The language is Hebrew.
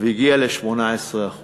והגיע ל-18%